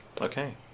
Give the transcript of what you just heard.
Okay